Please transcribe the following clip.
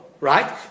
Right